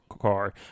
car